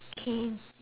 K